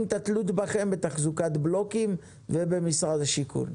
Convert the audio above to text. את התלות בכם בתחזוקת בלוקים ובמשרד השיכון.